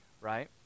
right